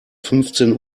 fünfzehn